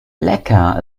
lecker